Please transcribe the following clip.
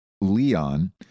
Leon